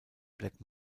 black